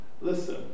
Listen